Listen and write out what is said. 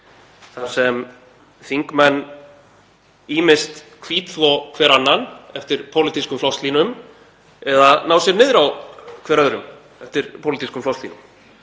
þar sem þingmenn ýmist hvítþvo hver annan eftir pólitískum flokkslínum eða ná sér niður á hver öðrum eftir pólitískum flokkslínum.